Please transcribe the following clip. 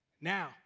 Now